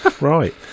Right